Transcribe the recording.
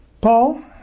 Paul